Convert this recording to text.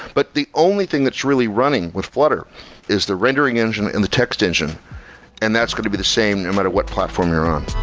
but the only thing that's really running with flutter is the rendering engine and the text engine and that's going to be the same no matter what platform you're on